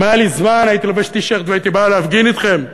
אם היה לי זמן הייתי לובש טי-שירט והייתי בא להפגין אתכם,